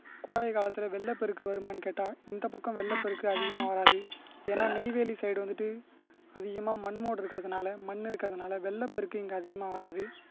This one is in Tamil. கோடை காலத்தில் வெள்ளப்பெருக்கு வருமான்னு கேட்டால் இந்தப்பக்கம் வெள்ளப்பெருக்கு அதிகமாக வராது ஏன்னால் நெய்வேலி சைடு வந்துட்டு அதிகமாக மண்முகடு இருக்கிறதுனால மண் இருக்கிறதுனால வெள்ளப்பெருக்கு இங்கே அதிகமாக வராது